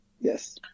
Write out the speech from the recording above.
Yes